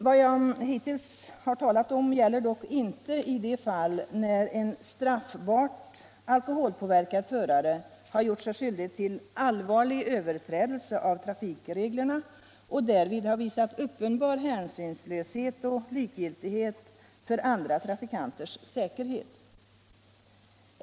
Vad jag hittills har talat om gäller dock inte i de fall när en straffbart alkoholpåverkad förare har gjort sig skyldig till allvarlig överträdelse av trafikreglerna och därvid har visat uppenbar hänsynslöshet och likgiltighet för andra trafikanters säkerhet.